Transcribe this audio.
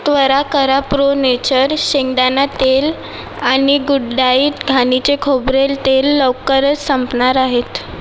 त्वरा करा pro nature शेंगदाणा तेल आणि गुडडाईट घाणीचे खोबरेल तेल लवकरच संपणार आहेत